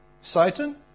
Satan